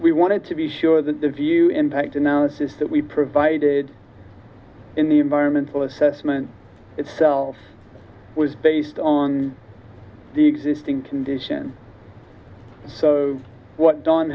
we wanted to be sure that the view impact analysis that we provided in the environmental assessment itself was based on the existing condition so what don